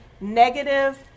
negative